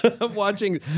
Watching